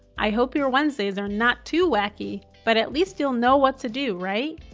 i hope your wednesdays are not too wacky. but at least you'll know what to do right?